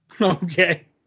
okay